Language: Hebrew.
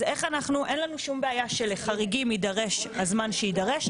אז אין לנו שום בעיה שלחריגים יידרש הזמן שיידרש,